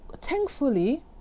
thankfully